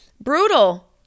Brutal